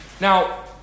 Now